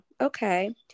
okay